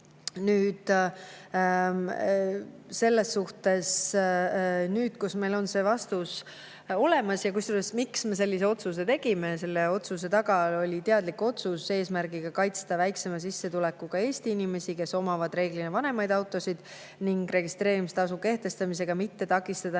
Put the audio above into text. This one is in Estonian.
kompromiss tehtud. Nüüd meil on see vastus olemas. Aga miks me sellise otsuse tegime? Selle otsuse taga oli teadlik [soov] kaitsta väiksema sissetulekuga Eesti inimesi, kes omavad reeglina vanemaid autosid, ning registreerimistasu kehtestamisega mitte takistada